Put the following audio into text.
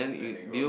I didn't go